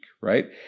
right